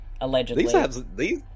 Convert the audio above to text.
Allegedly